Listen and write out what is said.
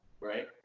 right